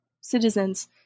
citizens